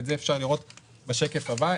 את זה אפשר לראות בשקף הבא.